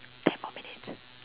ten more minutes